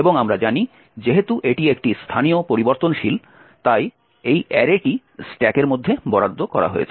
এবং আমরা জানি যেহেতু এটি একটি স্থানীয় পরিবর্তনশীল তাই এই অ্যারেটি স্ট্যাকের মধ্যে বরাদ্দ করা হয়েছে